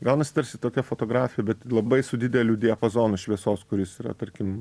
gaunasi tarsi tokia fotografija bet labai su dideliu diapazonu šviesos kuris yra tarkim